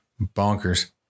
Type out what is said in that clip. bonkers